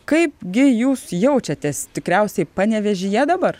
kaipgi jūs jaučiatės tikriausiai panevėžyje dabar